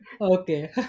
Okay